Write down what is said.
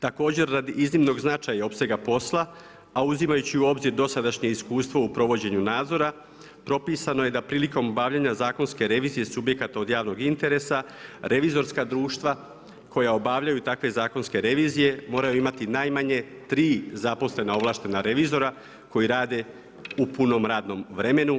Također radi iznimnog značaja opsega posla, a uzimajući u obzir dosadašnje iskustvo u provođenju nadzora, propisano je da prilikom obavljanja zakonske revizije subjekata od javnog interesa revizorska društva koja obavljaju takve zakonske revizije moraju imati najmanje tri zaposlena ovlaštena revizora koji rade u punom radnom vremenu.